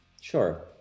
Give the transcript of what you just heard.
Sure